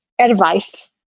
advice